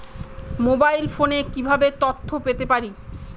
Mobile ফোনে কিভাবে তথ্য পেতে পারি?